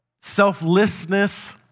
selflessness